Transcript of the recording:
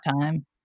time